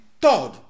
third